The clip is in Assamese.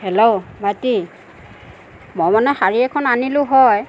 হেল্ল' ভাইটি মই মানে শাৰী এখন আনিলোঁ হয়